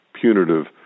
punitive